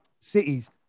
cities